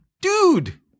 dude